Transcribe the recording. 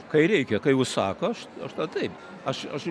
kai reikia kai užsako aš aš tą taip aš aš